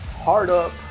hard-up